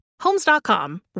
Homes.com